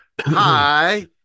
Hi